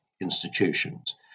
institutions